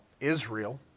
Israel